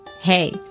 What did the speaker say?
Hey